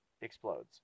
explodes